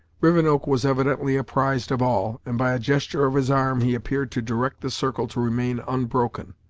rivenoak was evidently apprised of all, and by a gesture of his arm he appeared to direct the circle to remain unbroken,